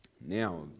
Now